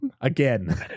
Again